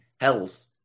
health